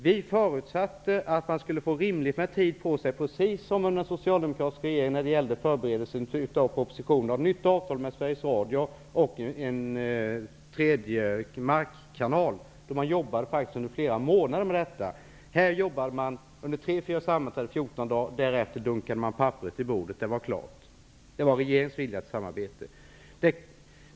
Vi förutsatte att vi skulle få rimligt med tid på oss, precis som under den socialdemokratiska regeringen då det gällde förberedelse av en proposition om ett nytt avtal med Sveriges Radio och en tredje markkanal. Man jobbade faktiskt under flera månader med det. Här har man jobbat under tre fyra sammanträden och fjorton dagar. Därefter dunkar man papperet på bordet, och det är klart. Det var regeringens vilja till samarbete.